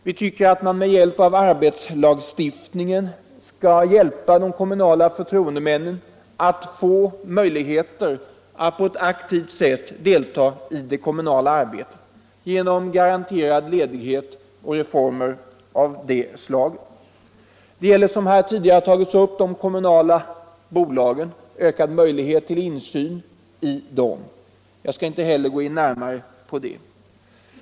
Vi tycker att man med hjälp av arbetslagstiftningen skall ge de kommunala förtroendemännen bättre möjligheter att aktivt delta i det kommunala arbetet genom garanterad ledighet och reformer av detta slag. Det gäller, som tidigare har sagts här, ökad möjlighet till insyn i de kommunala bolagen — jag skall inte gå närmare in på det.